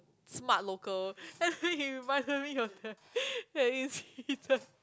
smart local I think it reminded me of that that incident